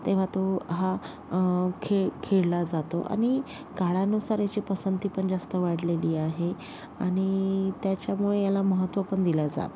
तेव्हा तो हा खे खेळला जातो आणि काळानुसार याची पसंती पण जास्त वाढलेली आहे आणि त्याच्यामुळे याला महत्त्व पण दिलं जात आहे